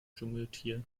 dschungeltier